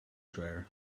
dryer